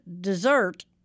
dessert